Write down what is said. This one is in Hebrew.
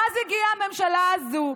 ואז הגיעה הממשלה הזאת,